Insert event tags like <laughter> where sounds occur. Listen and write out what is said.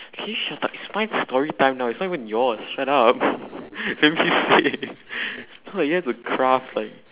can you shut up it's my storytime now it's not even yours shut up <laughs> let me say <laughs> <breath> so you have to craft a